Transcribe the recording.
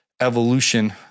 evolution